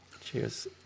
Cheers